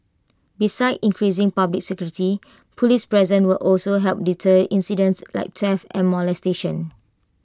besides increasing public security Police presence will also help deter incidents like theft and molestation